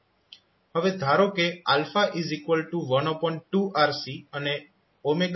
હવે ધારો કે 12RCઅને 021LC છે